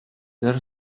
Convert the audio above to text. there